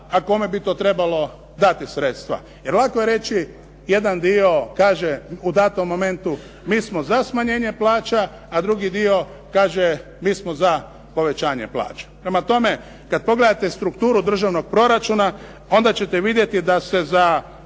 a kome bi to trebalo dati sredstva. Jer lako je reći, jedan dio kaže u danom momentu mi smo za smanjenje plaća a drugi dio kaže mi smo za povećanje plaća. Prema tome, kada pogledate strukturu državnog proračuna onda ćete vidjeti da se o